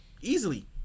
easily